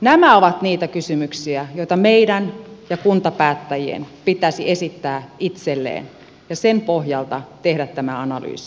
nämä ovat niitä kysymyksiä joita meidän ja kuntapäättäjien pitäisi esittää itsellemme ja niiden pohjalta tehdä tämä analyysi